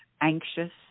anxious